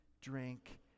drink